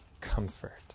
comfort